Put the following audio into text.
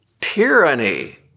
tyranny